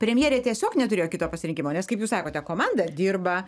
premjerė tiesiog neturėjo kito pasirinkimo nes kaip jūs sakote komanda dirba